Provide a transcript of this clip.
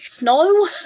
no